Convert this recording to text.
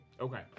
Okay